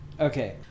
Okay